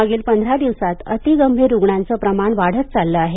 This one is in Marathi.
मागील पंधरा दिवसात अतिगंभीर रुग्णांचं प्रमाण वाढत चाललं आहे